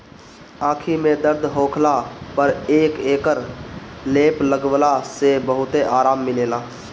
आंखी में दर्द होखला पर एकर लेप लगवला से बहुते आराम मिलेला